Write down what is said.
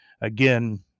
again